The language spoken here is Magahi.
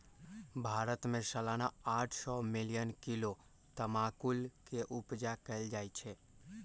भारत में सलाना आठ सौ मिलियन किलो तमाकुल के उपजा कएल जाइ छै